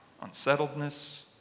unsettledness